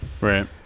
right